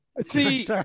see